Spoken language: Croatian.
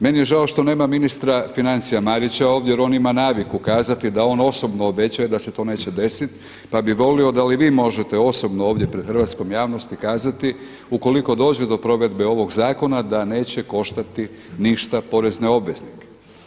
Meni je žao što nema ministra financija Marića ovdje jer on ima naviku kazati da on osobno obećaje da se to neće desiti, pa bi volio da li vi možete osobno ovdje pred hrvatskom javnosti kazati ukoliko dođe do provedbe ovog zakona da neće koštati ništa porezne obveznike.